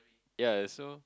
ya uh so